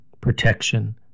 protection